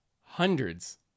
hundreds